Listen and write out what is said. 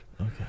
Okay